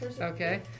Okay